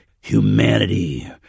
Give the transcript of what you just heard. Humanity